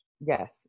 Yes